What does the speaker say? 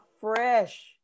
fresh